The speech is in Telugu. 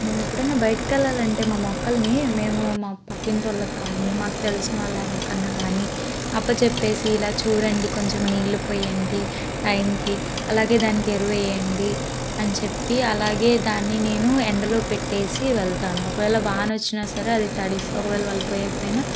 నేను ఎప్పుడన్నా బయటికి వెళ్లాలంటే మా మొక్కలని మేము మా పక్కింటి వాళ్లకు కానీ మాకు తెలిసిన వాళ్ళు ఎవరికన్నా కాని అప్ప చెప్పేసి ఇలా చూడండి కొంచెం నీళ్లు పోయండి టైంకి అలాగే దానికి ఎరువేయండి అని చెప్పి అలాగే దాన్ని నేను ఎండలో పెట్టేసి వెళ్తాను ఒకవేళ వాన వచ్చినా సరే అది తడిసి ఒకవేళ వాళ్ళు పోయకపోయినా